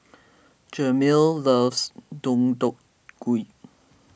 Jameel loves Deodeok Gui